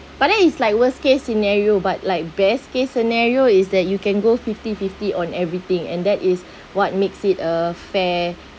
but then it's like worse case scenario but like best case scenario is that you can go fifty fifty on everything and that is what makes it a fair